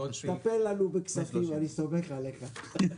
טפל לנו בכספים, אני סומך עליך.